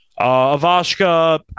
Avashka